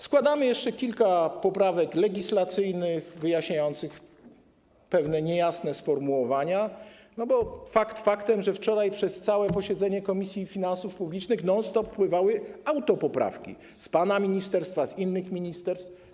Składamy jeszcze kilka poprawek legislacyjnych wyjaśniających pewne niejasne sformułowania, bo to jest fakt, że wczoraj przez całe posiedzenie Komisji Finansów Publicznych non stop wpływały autopoprawki z pana ministerstwa i z innych ministerstw.